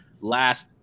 last –